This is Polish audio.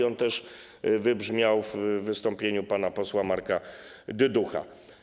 To też wybrzmiało w wystąpieniu pana posła Marka Dyducha.